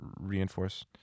reinforce